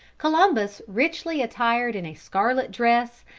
columbus, richly attired in a scarlet dress,